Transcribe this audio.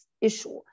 issue